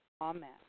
Amen